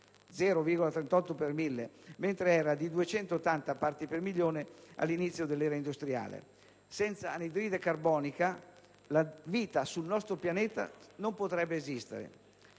0,38 per mille (mentre era di 280 parti per milione all'inizio dell'era industriale). Senza anidride carbonica la vita sul nostro pianeta non potrebbe esistere.